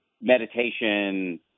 Meditation